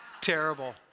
terrible